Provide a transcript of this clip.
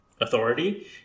authority